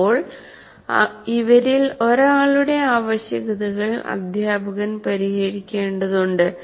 അപ്പോൾ ഇവരിൽ ഒരാളുടെ ആവശ്യകതകൾ അധ്യാപകൻ പരിഹരിക്കേണ്ടതുണ്ട്